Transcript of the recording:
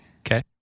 Okay